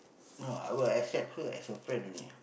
no I would accept her as a friend only